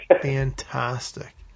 fantastic